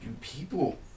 people